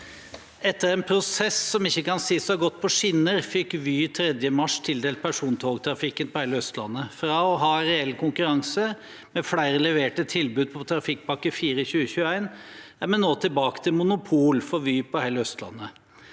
«Etter en prosess som ikke kan sies å ha gått på skinner, fikk Vy 3. mars tildelt persontogtrafikken på hele Østlandet. Fra å ha reell konkurranse, med flere leverte tilbud på Trafikkpakke 4 i 2021, er vi nå tilbake til monopol for Vy på hele Østlandet.